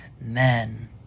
men